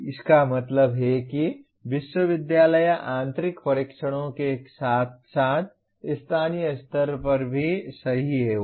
इसका मतलब है कि विश्वविद्यालय आंतरिक परीक्षणों के साथ साथ स्थानीय स्तर पर ही सही होगा